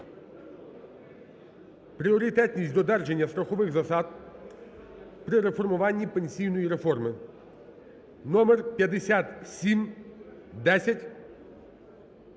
"Пріоритетність додержання страхових засад при реформуванні пенсійної системи" (№ 5710).